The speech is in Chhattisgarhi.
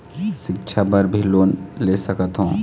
सिक्छा बर भी लोन ले सकथों?